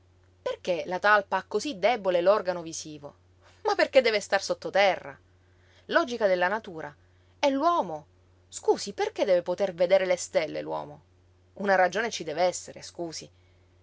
perché la talpa ha cosí debole l'organo visivo ma perché deve star sottoterra logica della natura e l'uomo scusi perché deve poter vedere le stelle l'uomo una ragione ci dev'essere scusi